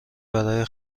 برای